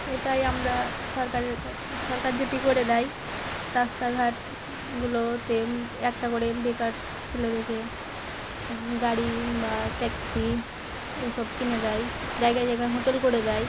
এটাই আমরা সরকারের সরকার যদি করে দেয় রাস্তাঘাটগুলোতে একটা করে বেকার ছেলেদেরকে গাড়ি বা ট্যাক্সি এই সব কিনে দেয় জায়গায় জায়গায় হোটেল করে দেয়